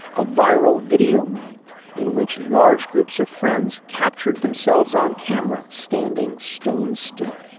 a viral video meme in which large groups of friends captured themselves on camera. standing stone still.